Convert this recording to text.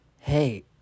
hey